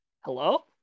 Hello